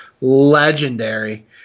legendary